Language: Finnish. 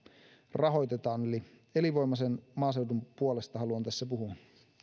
rahoitetaan eli elinvoimaisen maaseudun puolesta haluan tässä puhua